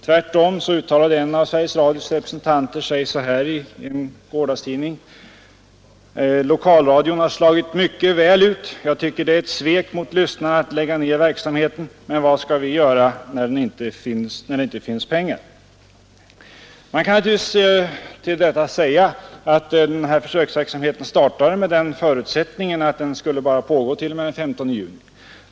Tvärtom uttalade sig en av Sveriges Radios representanter så här i en gårdagstidning: ”Lokalradion har slagit mycket väl ut. Jag tycker det är ett svek mot lyssnarna att lägga ner verksamheten. Men, vad skall vi göra när det inte finns pengar.” Till det kan man naturligtvis säga att denna försöksverksamhet startade med den förutsättningen att den bara skulle pågå t.o.m. den 15 juni.